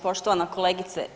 Poštovana kolegice.